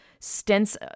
stents